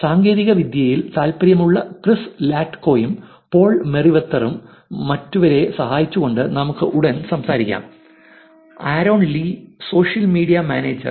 സാങ്കേതികവിദ്യയിൽ താൽപ്പര്യമുള്ള ക്രിസ് ലാറ്റ്കോയും പോൾ മെറിവെതറും മറ്റുള്ളവരെ സഹായിച്ചുകൊണ്ട് നമുക്ക് ഉടൻ സംസാരിക്കാം Aaron Lee social media manager